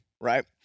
right